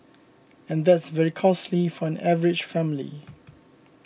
and that's very costly for an average family